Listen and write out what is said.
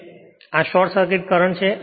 અને આ short circuit current છે